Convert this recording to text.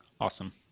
Awesome